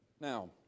Now